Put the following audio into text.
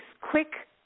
quick